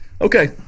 Okay